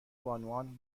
بانوان